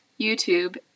YouTube